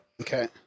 Okay